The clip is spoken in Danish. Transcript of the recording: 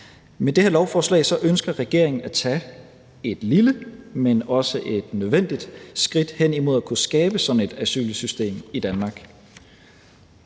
Med det her lovforslag ønsker regeringen at tage et lille, men også et nødvendigt skridt hen imod at kunne skabe sådan et asylsystem i Danmark.